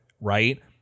right